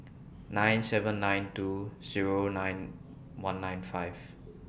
nine seven nine two Zero nine one nine five